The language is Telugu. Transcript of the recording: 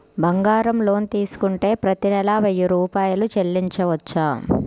బంగారం లోన్ తీసుకుంటే ప్రతి నెల వెయ్యి రూపాయలు చెల్లించవచ్చా?